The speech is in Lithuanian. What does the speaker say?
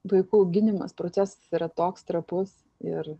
vaikų auginimas procesas yra toks trapus ir